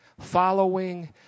following